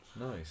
nice